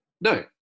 No